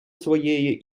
своєї